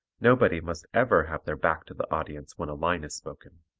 nobody must ever have their back to the audience when line is spoken.